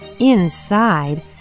Inside